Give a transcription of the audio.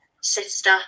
sister